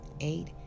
Eight